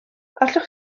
allwch